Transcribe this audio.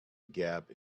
gap